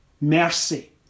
mercy